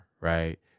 Right